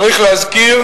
צריך להזכיר